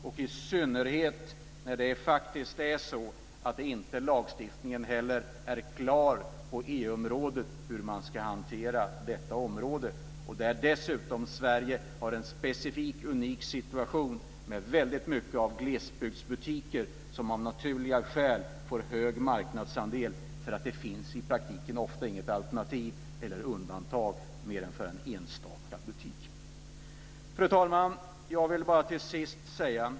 Lagstiftningen är inte klar på EU-området, och man inte vet hur man ska hantera detta område. Sverige har en specifikt unik situation med väldigt många glesbygdsbutiker som av naturliga skäl får hög marknadsandel. Det finns i praktiken ofta inget alternativ med undantag för en enstaka butik. Fru talman!